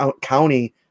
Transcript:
county